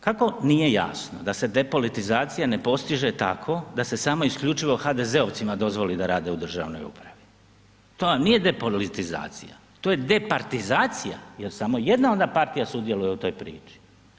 Kako nije jasno da se depolitizacija ne postiže tako da se samo isključivo samo HDZ-ovcima dozvoli da rade u državnoj upravo, to vam nije depolitizacija, to je departizacija jer samo jedna onda partija sudjeluje u toj priči.